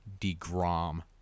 DeGrom